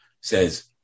Says